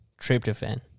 tryptophan